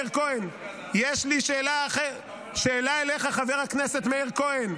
יש לי שאלה אליך, חבר הכנסת מאיר כהן.